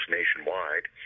nationwide